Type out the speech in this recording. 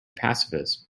pacifist